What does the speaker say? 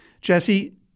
Jesse